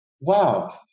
Wow